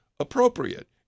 appropriate